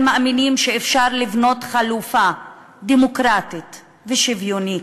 מאמינים שאפשר לבנות חלופה דמוקרטית ושוויונית,